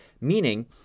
Meaning